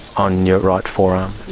on your right forearm.